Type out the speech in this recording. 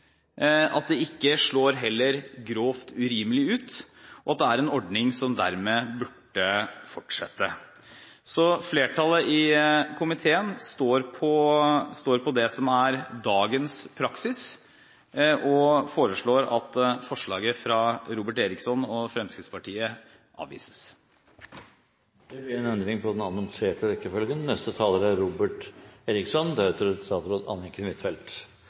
det heller ikke slår grovt urimelig ut, og at det er en ordning som dermed burde fortsette. Så flertallet i komiteen står på det som er dagens praksis og foreslår at forslaget fra Robert Eriksson og Fremskrittspartiet avvises. Dette representantforslaget handler ikke om pensjonsreformen. La det være ganske klart. Jeg har tatt opp saken flere ganger i Stortinget. Dette blir